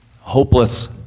hopeless